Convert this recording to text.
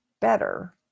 better